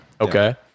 Okay